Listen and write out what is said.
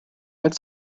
erst